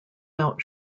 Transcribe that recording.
out